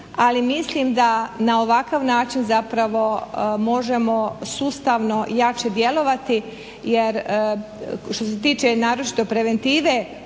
ali mislim da na ovakav način zapravo možemo sustavno jače djelovati jer što se tiče naročito preventive